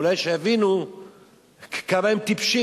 אולי שיבינו כמה הם טיפשים.